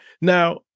Now